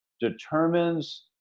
determines